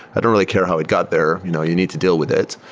i don't really care how it got there. you know you need to deal with it.